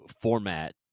format